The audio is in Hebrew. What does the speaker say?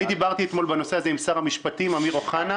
אני דיברתי אתמול עם שר המשפטים בנושא הזה.